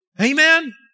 Amen